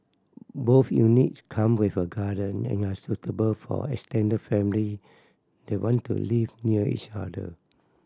both units come with a garden and are suitable for extended family that want to live near each other